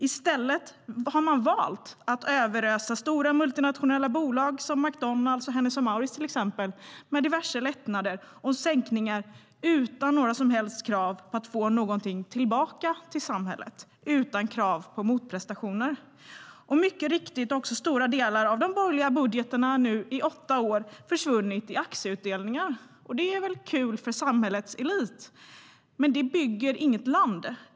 I stället har man valt att överösa stora multinationella bolag som till exempel McDonalds och Hennes & Mauritz med diverse lättnader och sänkningar utan några som helst krav på att få någonting tillbaka till samhället, utan krav på motprestationer. Mycket riktigt har också stora delar av de borgerliga budgetarna nu i åtta år försvunnit i aktieutdelningar. Det är väl kul för samhällets elit. Men det bygger inget land.